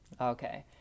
okay